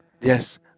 Yes